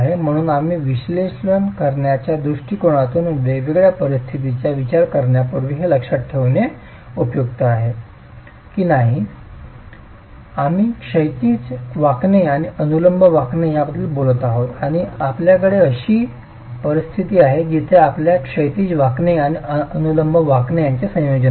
म्हणून आम्ही विश्लेषण करण्याच्या दृष्टिकोनातून वेगवेगळ्या परिस्थितींचा विचार करण्यापूर्वी हे लक्षात ठेवणे उपयुक्त आहे की आम्ही क्षैतिज वाकणे आणि अनुलंब वाकणे याबद्दल बोललो आहोत आणि आपल्याकडे अशी परिस्थिती आहे जिथे आपल्यास क्षैतिज वाकणे आणि अनुलंब वाकणे यांचे संयोजन आहे